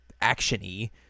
action-y